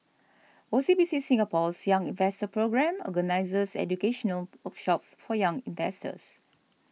O C B C Singapore's Young Invest Programme organizes educational workshops for young investors